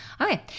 Okay